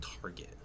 target